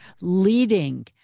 leading